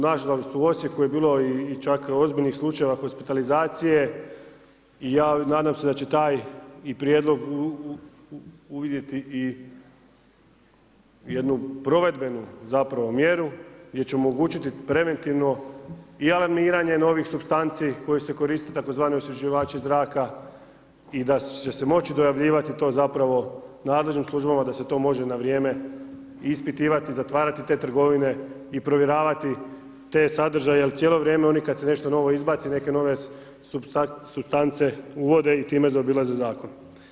Nažalost u Osijeku je bilo i čak ozbiljnih slučajeva hospitalizacije, ja nadam se da će taj i prijedlog uvidjeti i jednu provedbenu mjeru gdje će omogućiti preventivno alarmiranje novih supstanci koje se koriste tzv. osvježivači zraka i da će se moći dojavljivati nadležnim službama da se to može na vrijeme ispitivati, zatvarati te trgovine i provjeravati te sadržaje jer cijelo vrijeme kad nešto novo izbaci, neke nove supstance uvode i time zaobilaze zakon.